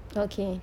okay